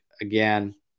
again